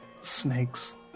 Snakes